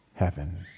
heaven